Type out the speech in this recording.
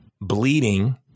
bleeding